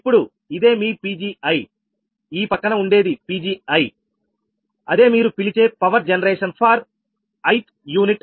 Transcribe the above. ఇప్పుడు ఇదే మీ Pgi ఈ పక్కన ఉండేది Pgi అదే మీరు పిలిచే power generation for 'i'th unit